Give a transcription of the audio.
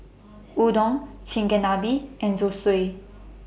Udon Chigenabe and Zosui